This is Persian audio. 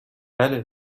بله